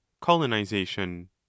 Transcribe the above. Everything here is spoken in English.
colonization